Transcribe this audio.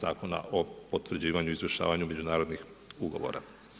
Zakona o potvrđivanju i izvršavanju međunarodnih ugovora.